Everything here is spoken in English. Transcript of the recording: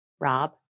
Rob